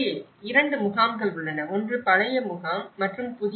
இரண்டு முகாம்கள் உள்ளன ஒன்று பழைய முகாம் மற்றும் புதிய முகாம்